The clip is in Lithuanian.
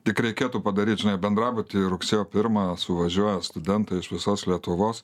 tik reikėtų padaryt žinai bendrabuty rugsėjo pirmą suvažiuoja studentai iš visos lietuvos